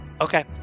Okay